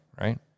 right